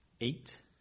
eight